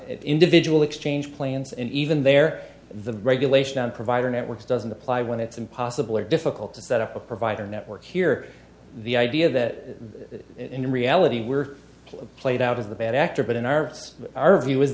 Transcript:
individual exchange plans and even there the regulation on provider networks doesn't apply when it's impossible or difficult to set up a provider network here the idea that in reality we're played out of the bad actor but in our it's our view is